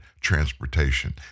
transportation